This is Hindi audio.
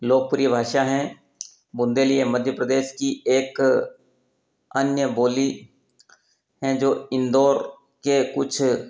लोकप्रिय भाषा हैं बुन्देली मध्य प्रदेश की एक अन्य बोली हैं जो इंदौर के कुछ